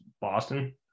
boston